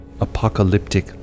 apocalyptic